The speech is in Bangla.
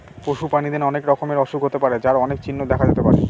পশু প্রাণীদের অনেক রকমের অসুখ হতে পারে যার অনেক চিহ্ন দেখা যেতে পারে